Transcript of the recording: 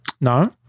No